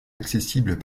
accessibles